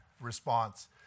response